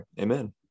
amen